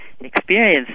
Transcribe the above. Experience